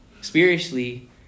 Spiritually